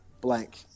blank